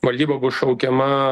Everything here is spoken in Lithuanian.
valdyba bus šaukiama